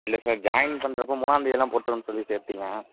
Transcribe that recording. இல்லை sir joint பண்ணுறப்ப மூணாம்தேதிலாம் போட்டுருவேன்னு சொல்லி சேர்த்திங்க